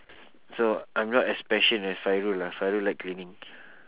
so I'm not as passion as fairul ah fairul like cleaning